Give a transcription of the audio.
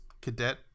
cadet